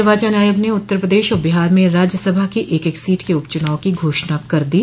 निर्वाचन आयोग ने उत्तर प्रदेश और बिहार में राज्यसभा की एक एक सीट के उप चुनाव की घोषणा कर दी